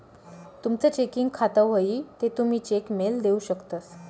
तुमनं चेकिंग खातं व्हयी ते तुमी चेक मेल देऊ शकतंस